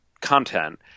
content